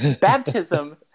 baptism